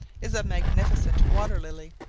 is a magnificent water-lily,